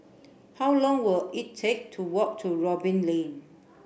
how long will it take to walk to Robin Lane